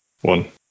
one